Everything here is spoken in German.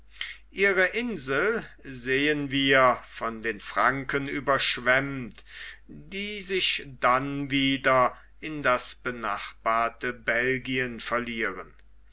ihre insel sehen wir von den franken überschwemmt die sich dann wieder in das benachbarte belgien verlieren